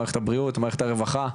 מערכת הבריאות ומערכת הרווחה.